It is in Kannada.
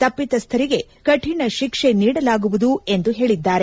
ತಪ್ಪಿತಸ್ವರಿಗೆ ಕಠಿಣ ಶಿಕ್ಷೆ ನೀಡಲಾಗುವುದು ಎಂದು ಹೇಳಿದ್ದಾರೆ